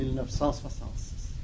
1966